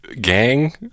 gang